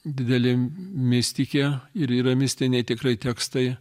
didelė mistikė ir yra mistiniai tikrai tekstai